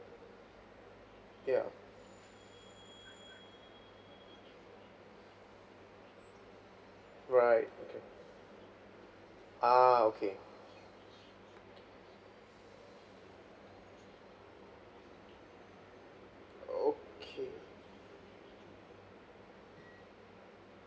ya right ah okay okay